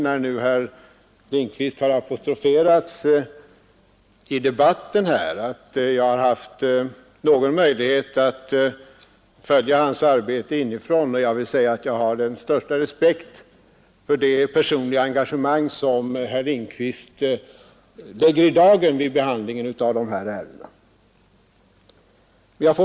När nu herr Lindkvist har apostroferats här i debatten vill jag i förbigående säga att jag har haft någon möjlighet att följa hans arbete inifrån, och jag har den största respekt för det personliga engagemang som herr Lindkvist lägger i dagen i behandlingen av dessa ärenden.